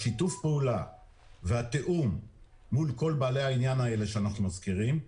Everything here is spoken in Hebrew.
שיתוף הפעולה והתיאום מול כל בעלי העניין שאנחנו מזכירים,